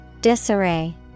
Disarray